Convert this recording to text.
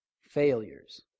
failures